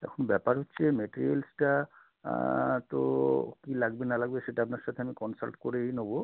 এখন ব্যাপার হচ্ছে মেটিরিয়ালসটা তো কী লাগবে না লাগবে সেটা আপনার সাথে আমি কনসাল্ট করেই নেব